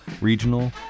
regional